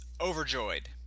overjoyed